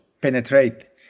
penetrate